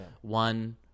One